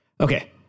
Okay